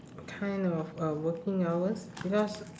kind of uh working hours because